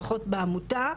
לפחות בעמותה,